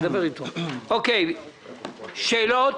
יש שאלות?